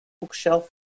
bookshelf